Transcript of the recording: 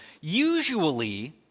Usually